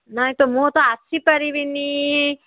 ନାଇଁ ତ ମୁଁ ତ ଆସିପାରିବିନି